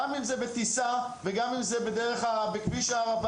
גם אם זה בטיסה וגם אם זה בכביש הערבה,